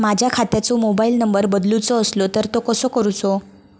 माझ्या खात्याचो mobile number बदलुचो असलो तर तो कसो करूचो?